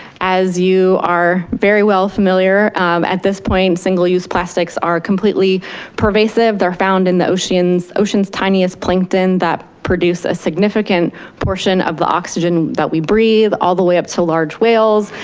as you are very well familiar at this point, single use plastics are completely pervasive. they're found in the ocean's ocean's tiniest plankton that produce a significant portion of the oxygen that we breath all the way up to large whales.